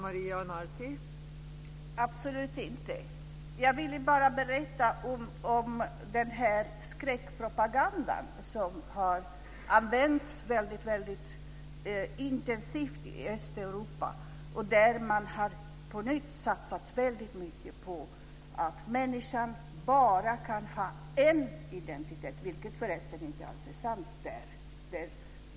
Fru talman! Absolut inte. Jag ville bara berätta om den skräckpropaganda som har använts mycket intensivt i Östeuropa, där man på nytt har satsat på att människan bara kan ha en identitet. Det är förresten inte alls sant.